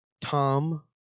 tom